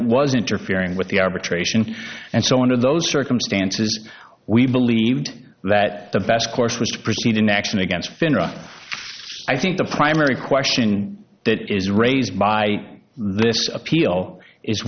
it was interfering with the arbitration and so under those circumstances we believed that the best course was to proceed an action against finra i think the primary question that is raised by this appeal is